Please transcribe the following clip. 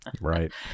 right